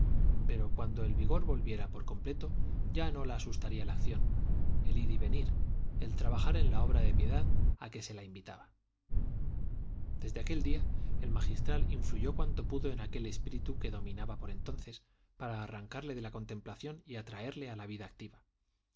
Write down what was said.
pero cuando el vigor volviera por completo ya no la asustaría la acción el ir y venir el trabajar en la obra de piedad a que se la invitaba desde aquel día el magistral influyó cuanto pudo en aquel espíritu que dominaba por entonces para arrancarle de la contemplación y atraerle a la vida activa